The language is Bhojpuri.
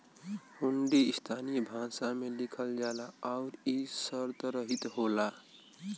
हुंडी स्थानीय भाषा में लिखल जाला आउर इ शर्तरहित होला